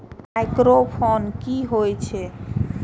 Micro finance कि होई छै?